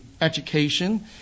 education